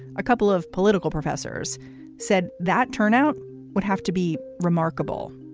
a couple of political professors said that turnout would have to be remarkable